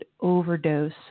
overdose